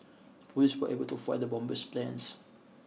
police were able to foil the bomber's plans